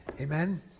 Amen